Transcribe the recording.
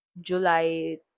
July